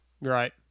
Right